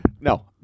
no